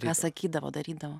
ką sakydavo darydavo